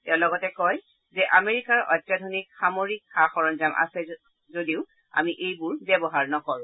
তেওঁ লগতে কয় যে আমেৰিকাৰ অত্যাধুনিক সামৰিক সা সৰঞ্জাম আছে যদিও আমি এইবোৰ ব্যৱহাৰ নকৰো